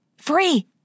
Free